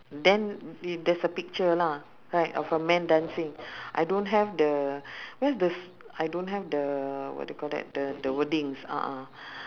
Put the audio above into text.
then there's a picture lah right of a man dancing I don't have the where's the s~ I don't have the what do you call that the the wordings a'ah